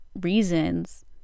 reasons